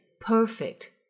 perfect